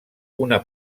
una